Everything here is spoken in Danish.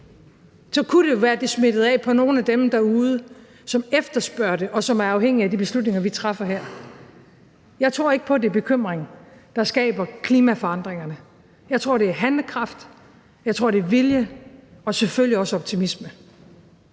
Så kunne det jo være, at det smittede af på nogle af dem derude, som efterspørger det, og som er afhængige af de beslutninger, vi træffer her. Jeg tror ikke på, at det er bekymring, der skaber klimaforandringer. Jeg tror, det er handlekraft; jeg tror, det er vilje – og selvfølgelig også optimisme.